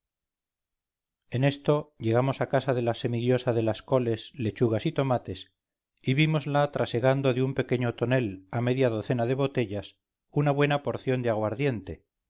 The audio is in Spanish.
en esto llegamos a casa de la semidiosa de las coles lechugas y tomates y vímosla trasegando de un pequeño tonel a media docena de botellas una buena porción de aguardiente